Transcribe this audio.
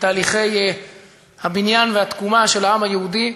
בתהליכי הבניין והתקומה של העם היהודי,